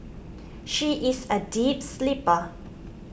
she is a deep sleeper